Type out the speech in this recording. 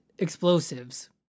explosives